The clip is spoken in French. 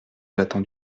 j’attends